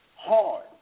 hard